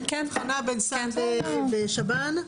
הבחנה בין סל ושב"ן.